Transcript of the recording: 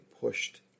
pushed